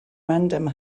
random